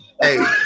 Hey